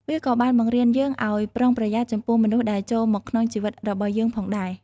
វាក៏បានបង្រៀនយើងឱ្យប្រុងប្រយ័ត្នចំពោះមនុស្សដែលចូលមកក្នុងជីវិតរបស់យើងផងដែរ។